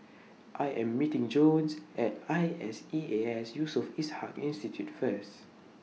I Am meeting Jones At I S E A S Yusof Ishak Institute First